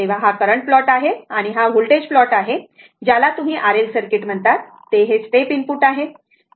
तर हा current plot आहे आणि हा व्होल्टेज प्लॉट आहे ज्याला तुम्ही R L सर्किट म्हणतात ते स्टेप इनपुट आहे